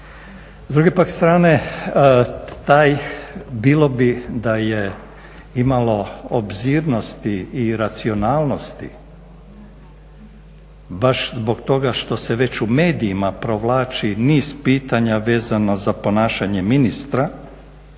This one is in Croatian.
S druge pak strane bilo bi da je imalo obzirnosti i racionalnosti baš zbog toga što se već u medijima provlači niz pitanja vezano za ponašanje ministra